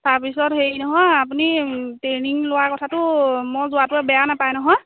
তাৰপিছত হেৰি নহয় আপুনি টেইৰনিং লোৱা কথাটো মই যোৱাটোৱে বেয়া নাপায় নহয়